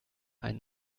einen